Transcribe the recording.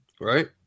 Right